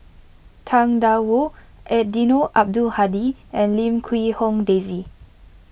Tang Da Wu Eddino Abdul Hadi and Lim Quee Hong Daisy